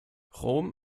rom